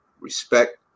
respect